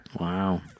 Wow